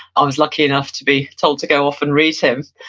i was lucky enough to be told to go off and read him.